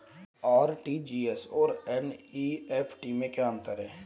RTGS और NEFT में क्या अंतर है?